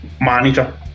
manager